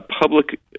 public